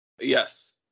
Yes